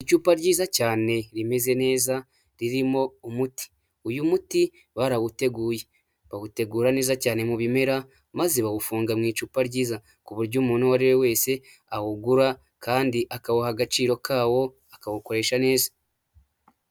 Icupa ryiza cyane rimeze neza ririmo umuti, uyu muti barawuteguye, bawutegura neza cyane mu bimera, maze bawufunga mu icupa ryiza, ku buryo umuntu uwo ari we wese awugura kandi akawuha agaciro kawo akawukoresha neza.